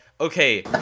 Okay